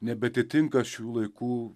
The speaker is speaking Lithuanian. nebeatitinka šių laikų